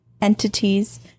entities